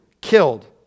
killed